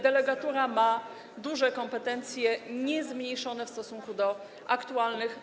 Delegatura ma duże kompetencje, niezmniejszone w stosunku do aktualnych.